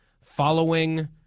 following